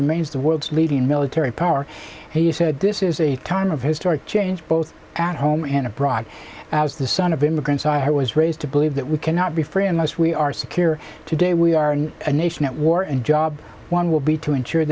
remains the world's leading military power he said this is a time of historic change both at home and abroad as the son of immigrants i was raised to believe that we cannot be free unless we are secure today we are in a nation at war and job one will be to ensure